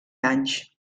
anys